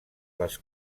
les